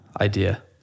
idea